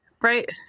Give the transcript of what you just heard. Right